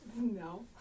No